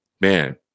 man